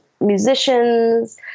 musicians